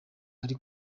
uri